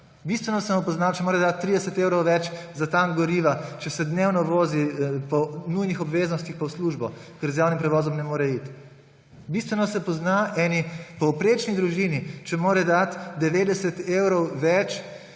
Bistveno se mu pozna, če mora dati 30 evrov več za tank goriva, če se dnevno vozi po nujnih obveznostih in v službo, ker z javnim prevozom ne more iti. Bistveno se pozna neki povprečni družini, če mora dati 90 evrov več